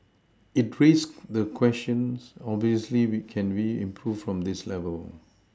it raises the question obviously can we improve from this level